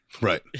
Right